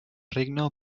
regne